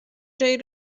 جایی